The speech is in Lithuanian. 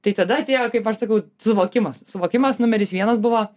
tai tada atėjo kaip aš sakau suvokimas suvokimas numeris vienas buvo